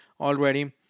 already